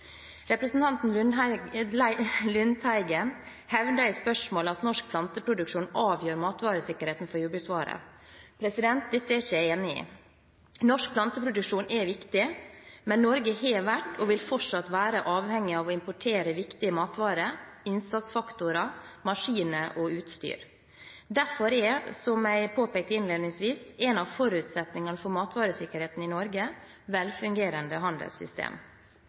Lundteigen hevder i spørsmålet at norsk planteproduksjon avgjør matvaresikkerheten for jordbruksmatvarer. Dette er jeg ikke enig i. Norsk planteproduksjonen er viktig, men Norge har vært og vil fortsatt være avhengig av å importere viktige matvarer, innsatsfaktorer, maskiner og utstyr. Derfor er, som jeg påpekte innledningsvis, en av forutsetningene for matvaresikkerheten i Norge velfungerende handelssystem.